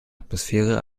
atmosphäre